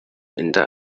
inda